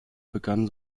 begann